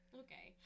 okay